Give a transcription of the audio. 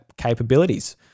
capabilities